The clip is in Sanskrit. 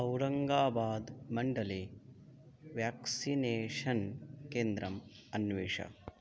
औरङ्गाबाद् मण्डले व्याक्सिनेषन् केन्द्रम् अन्विष